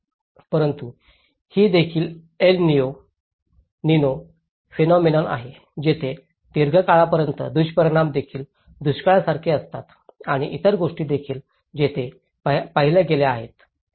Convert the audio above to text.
परंतु ही देखील एल निनो फेनॉमेनॉन आहे जिथे दीर्घकाळापर्यंत दुष्परिणाम देखील दुष्काळासारखे असतात आणि इतर गोष्टी देखील येथे पाहिल्या गेल्या आहेत